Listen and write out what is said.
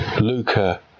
Luca